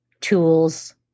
tools